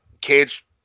Cage